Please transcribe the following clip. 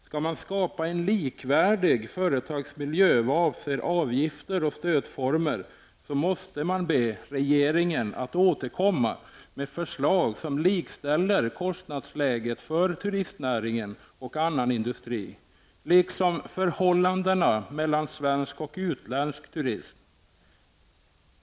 Skall man skapa en likvärdig företagsmiljö vad avser avgifter och stödformer, måste man be regeringen att återkomma med förslag som likställer kostnadsläget för turistnäringen och annan industri, liksom förhållandena mellan svensk och utländsk turism.